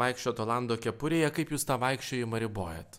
vaikščiot olando kepurėje kaip jūs tą vaikščiojimą ribojat